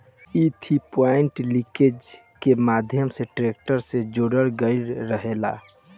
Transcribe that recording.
इ three point linkage के माध्यम से ट्रेक्टर से जोड़ल गईल रहेला